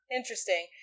interesting